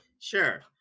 Sure